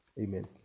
Amen